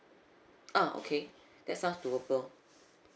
ah okay that sound doable